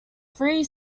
free